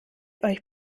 euch